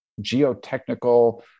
geotechnical